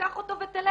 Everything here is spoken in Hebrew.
שתיקח אותו ותלך.